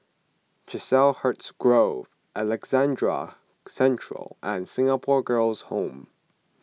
Chiselhurst Grove Alexandra Central and Singapore Girls' Home